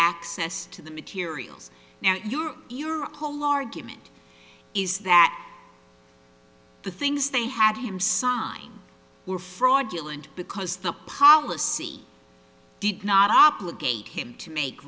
access to the materials at your your whole argument is that the things they had him sign were fraudulent because the policy did not obligate him to make